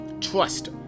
Trust